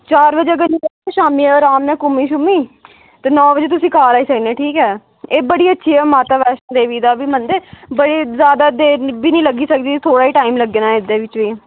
चार बजे अगर निकलगे शामीं अराम कन्नै घूमी शूमी ते नौ बजे तुसी घर आई सकने ठीक ऐ एह् बड़ी अच्छी ऐ माता वैश्नो देवी दा बी मंदिर बड़ी ज्यादै देर बी नी लग्गी सकदी थोह्ड़ा ही टाइम लग्गना एह्दे बिच्च बी